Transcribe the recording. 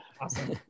Awesome